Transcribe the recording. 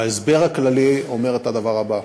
ההסבר הכללי אומר את הדבר הבא: